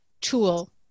tool